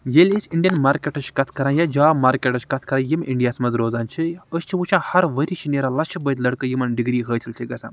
ییلہِ أسۍ اینڈین مارکٮ۪ٹچ کَتھ کَران یا جاب مارکٮ۪ٹچ کَتھ کَران یِم اینڈیاہس منز روزان چھِ أسۍ چھِ وٕچھان ہَر ؤری چھِ نیران لَچھ بٔدۍ لٔڑکہ یِمن ڈگری حٲصل چھِ گژھان